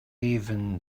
even